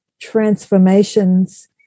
transformations